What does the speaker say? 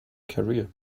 career